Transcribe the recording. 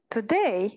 Today